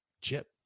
Chip